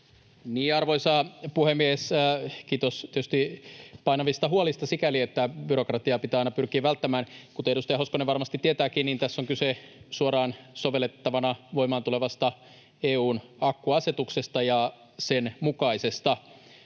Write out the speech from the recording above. Arvoisa puhemies! Kiitos tietysti painavista huolista sikäli, että byrokratiaa pitää aina pyrkiä välttämään. Kuten edustaja Hoskonen varmasti tietääkin, niin tässä on kyse suoraan sovellettavana voimaan tulevasta EU:n akkuasetuksesta ja sen mukaisesta